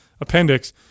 appendix